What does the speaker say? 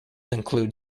include